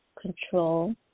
control